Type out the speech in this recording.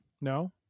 No